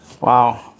Wow